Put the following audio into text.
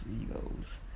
Egos